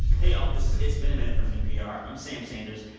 hey, y'all. this is it's been a minute from npr. i'm sam sanders,